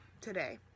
today